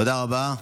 תודה רבה.